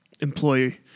employee